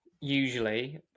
usually